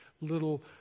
little